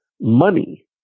money